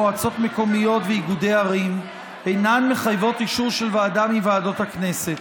מועצות מקומיות ואיגודי ערים אינן מחייבות אישור של ועדה מוועדות הכנסת.